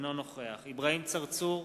אינו נוכח אברהים צרצור,